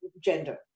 gender